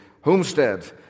homestead